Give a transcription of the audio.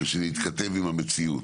ושנתכתב עם המציאות.